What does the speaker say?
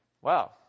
wow